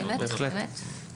תודה רבה.